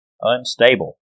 unstable